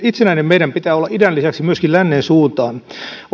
itsenäinen meidän pitää olla idän lisäksi myöskin lännen suuntaan